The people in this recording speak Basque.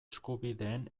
eskubideen